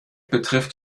betrifft